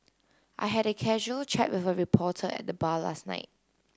I had a casual chat with a reporter at the bar last night